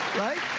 right?